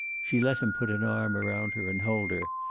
she let him put an arm around her and hold her,